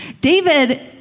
David